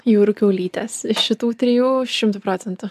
jūrų kiaulytės šitų jau šimtu procentų